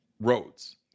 Roads